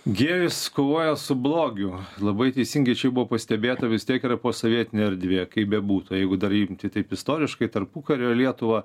gėjus kovoja su blogiu labai teisingai čia jau buvo pastebėta vis tiek yra posovietinė erdvė kaip bebūtų jeigu dar imti taip istoriškai tarpukario lietuvą